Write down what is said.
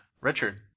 Richard